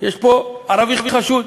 יש פה ערבי חשוד.